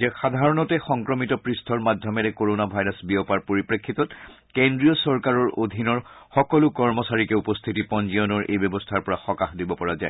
যে সাধাৰণতে সংক্ৰমিত পূষ্ঠৰ মাধ্যমেৰে ক'ৰোণা ভাইৰাছ বিয়পাৰ পৰিপ্ৰেক্ষিতত কেন্দ্ৰীয় চৰকাৰৰ অধীনৰ সকলো কৰ্মচাৰীকে উপস্থিতি পঞ্জীয়নৰ এই ব্যৱস্থাৰ পৰা সকাহ দিব পৰা যায়